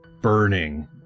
burning